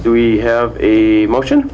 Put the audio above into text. do we have a motion